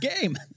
game